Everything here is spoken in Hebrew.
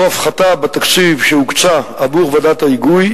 הפחתה בתקציב שהוקצה עבור ועדת ההיגוי,